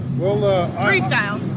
freestyle